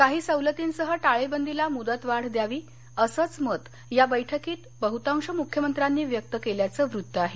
काही सवलतींसह टाळेबंदीला मुदतवाढ द्यावी असंच मत या बैठकीत बहुतांश मुख्यमंत्र्यांनी व्यक्त केल्याचं वृत्त आहे